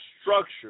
structure